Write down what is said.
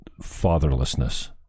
fatherlessness